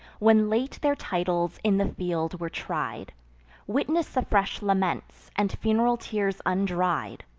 when late their titles in the field were tried witness the fresh laments, and fun'ral tears undried.